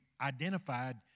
identified